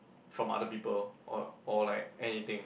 from other people or or like anything